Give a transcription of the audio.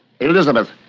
Elizabeth